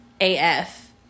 AF